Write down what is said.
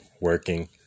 working